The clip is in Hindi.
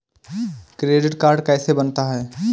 क्रेडिट कार्ड कैसे बनता है?